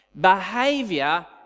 behavior